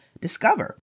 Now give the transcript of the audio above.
discover